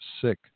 sick